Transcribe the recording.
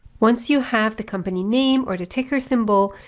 once you have the company name or the ticker symbol,